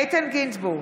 איתן גינזבורג,